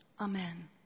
Amen